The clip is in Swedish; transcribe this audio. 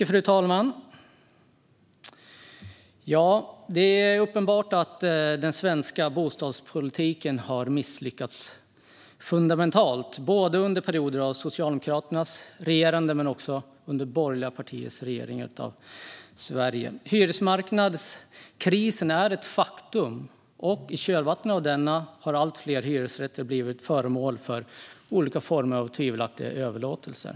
Fru talman! Det är uppenbart att den svenska bostadspolitiken har misslyckats fundamentalt, både under perioder av Socialdemokraternas regerande och under borgerliga partiers regerande av Sverige. Hyresmarknadskrisen är ett faktum, och i dess kölvatten har allt fler hyresrätter blivit föremål för olika former av tvivelaktiga överlåtelser.